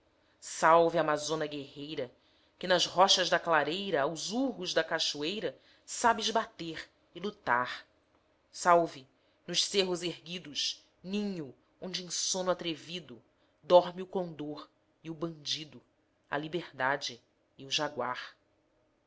salve amazona guerreira que nas rochas da clareira aos urros da cachoeira sabes bater e lutar salve nos cerros erguido ninho onde em sono atrevido dorme o condor e o bandido a liberdade e o jaguar